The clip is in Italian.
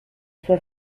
sua